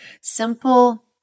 simple